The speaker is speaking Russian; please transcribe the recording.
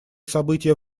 события